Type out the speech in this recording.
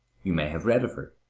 you may have read of her.